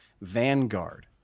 Vanguard